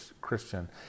Christian